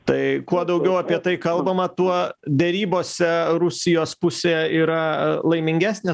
tai kuo daugiau apie tai kalbama tuo derybose rusijos pusė yra laimingesnė